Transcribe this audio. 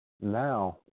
Now